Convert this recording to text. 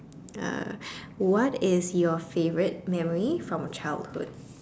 uh what is your favourite memory from your childhood